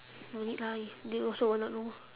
no need lah they also will not know